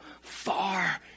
far